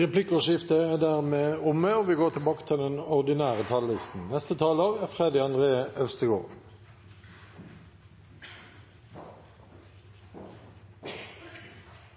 Replikkordskiftet er dermed omme. Kunst og kultur er grunnleggende, viktige goder for alle mennesker og for samfunnet. Uten dette mister vi mening, uten den